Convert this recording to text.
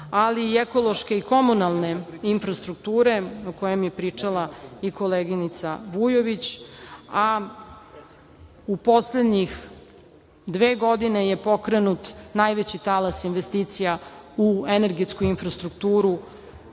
ali i ekološke i komunalne infrastrukture o kojem je pričala i koleginica Vujović, a u poslednjih dve godine je pokrenut najveći talas investicija u energetsku infrastrukturu